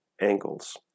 angles